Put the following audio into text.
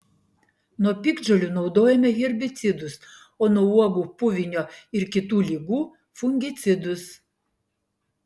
nuo piktžolių naudojome herbicidus o nuo uogų puvinio ir kitų ligų fungicidus